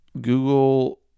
Google